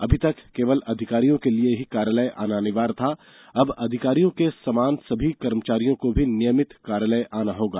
अभी तक केवल अधिकारियों के लिए ही कार्यालय आना अनिवार्य था अब अधिकारियों के समान सभी कर्मचारियों को भी नियमित कार्यालय आना होगा